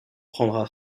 prendra